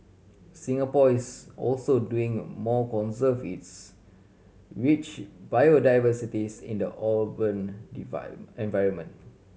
Singapore is also doing more conserve its rich biodiversities in the urban environment